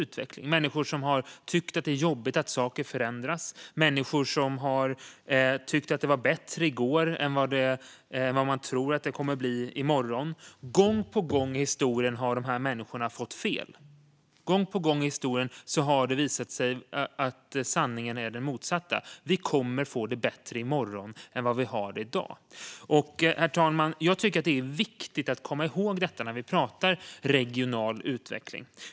Det har funnits människor som har tyckt att det är jobbigt att saker förändras och människor som har tyckt att det var bättre i går än vad de tror att det kommer bli morgon. Gång på gång under historien har dessa människor visat sig ha fel. Gång på gång under historien har det motsatta visat sig vara sant: Vi kommer att få det bättre i morgon än vi har det i dag. Herr talman! Jag tycker att det är viktigt att komma ihåg detta när vi pratar om regional utveckling.